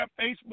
Facebook